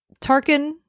Tarkin